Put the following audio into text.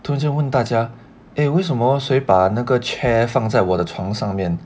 突然间问大家 eh 为什么谁把那个 chair 放在我的床上面